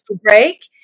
break